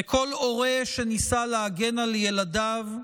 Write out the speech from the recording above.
כל הורה שניסה להגן על ילדיו,